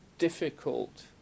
difficult